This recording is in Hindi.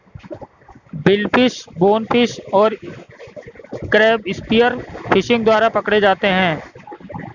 बिलफिश, बोनफिश और क्रैब स्पीयर फिशिंग द्वारा पकड़े जाते हैं